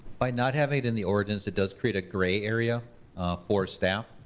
by not having it in the ordinance, it does create a gray area for staff.